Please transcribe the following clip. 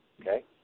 okay